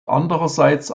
andererseits